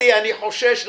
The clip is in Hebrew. להגדרה "מפעל".